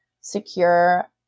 secure